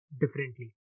differently